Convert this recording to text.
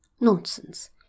Nonsense